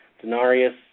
Denarius